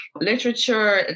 literature